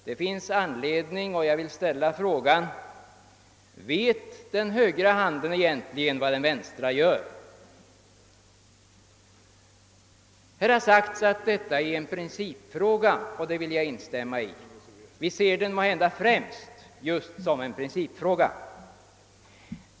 Det finns anledning att ställa frågan: Vet den högra handen egentligen vad den vänstra gör? Här har sagts att detta är en principfråga, och det vill jag instämma i. Vi ser den måhända främst just som en principfråga.